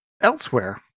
elsewhere